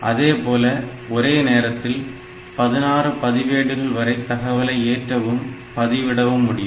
அதேபோல ஒரே நேரத்தில் 16 பதிவேடுகள் வரை தகவலை ஏற்றவும் பதிவிடவும் முடியும்